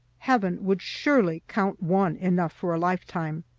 heaven would surely count one enough for a lifetime.